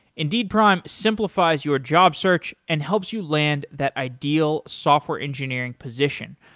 indeed prime simplifies your job search and helps you land that ideal software engineering position.